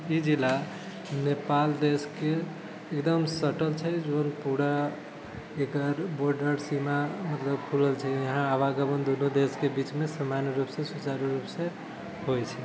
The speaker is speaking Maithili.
ई जिला नेपाल देशके एकदम सटल छै रोड पूरा एकर बॉर्डर मतलब सीमा खुलल छै यहाँ आवागमन दुनू देशके बीचमे सामान्य रुपसँ सुचारु रुपसँ होइ छै